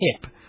hip